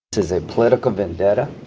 does a political vendetta.